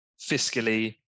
fiscally